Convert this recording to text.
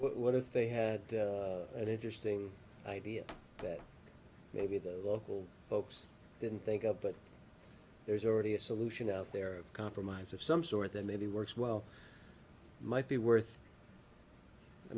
what if they had an interesting idea that maybe the local folks didn't think up but there's already a solution out there a compromise of some sort that maybe works well might be worth i